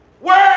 Work